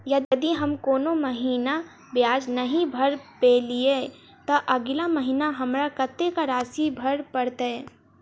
यदि हम कोनो महीना ब्याज नहि भर पेलीअइ, तऽ अगिला महीना हमरा कत्तेक राशि भर पड़तय?